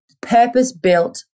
purpose-built